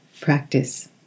practice